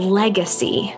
legacy